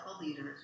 leaders